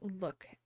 look